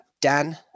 Dan